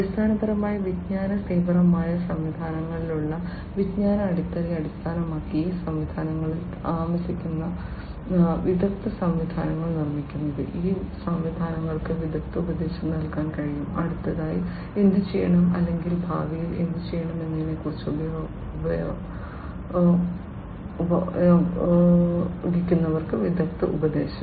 അടിസ്ഥാനപരമായി വിജ്ഞാന തീവ്രമായ സംവിധാനങ്ങളിലുള്ള വിജ്ഞാന അടിത്തറയെ അടിസ്ഥാനമാക്കി ഈ സംവിധാനങ്ങളിൽ താമസിക്കുന്ന വിദഗ്ധ സംവിധാനങ്ങൾ നിർമ്മിക്കുന്നത് ഈ സംവിധാനങ്ങൾക്ക് വിദഗ്ദ്ധോപദേശം നൽകാൻ കഴിയും അടുത്തതായി എന്തുചെയ്യണം അല്ലെങ്കിൽ ഭാവിയിൽ എന്തുചെയ്യണം എന്നതിനെക്കുറിച്ച് ഉപയോക്താക്കൾക്കുള്ള വിദഗ്ധ ഉപദേശം